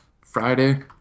Friday